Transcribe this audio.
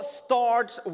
starts